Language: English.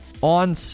on